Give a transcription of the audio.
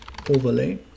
overlay